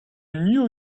knew